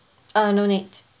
uh no need